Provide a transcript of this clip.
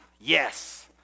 yes